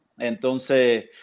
Entonces